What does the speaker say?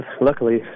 luckily